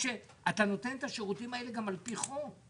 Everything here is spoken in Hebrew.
אתה נותן את השירותים האלה גם על פי חוק,